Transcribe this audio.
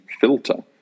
filter